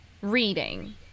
reading